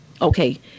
Okay